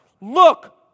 Look